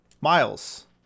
Miles